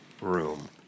room